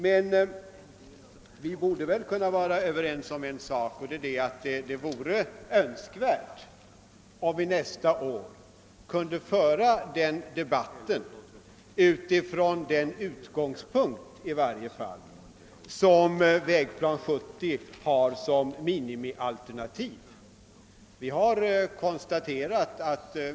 Men vi borde väl också kunna vara överens om att det vore önskvärt att vi kunde föra den debatten åtminstone från den utgångspunkt som vägplanen har som minimialternativ.